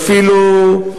ואפילו,